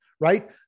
right